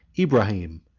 ibrahim,